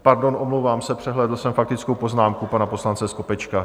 Pardon, omlouvám se, přehlédl jsem faktickou poznámku pana poslance Skopečka.